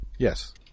Yes